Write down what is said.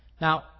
Now